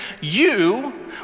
you